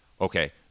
okay